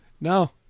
No